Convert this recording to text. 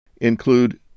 include